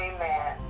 Amen